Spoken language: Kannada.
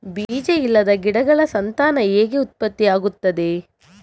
ಬೀಜ ಇಲ್ಲದ ಗಿಡಗಳ ಸಂತಾನ ಹೇಗೆ ಉತ್ಪತ್ತಿ ಆಗುತ್ತದೆ?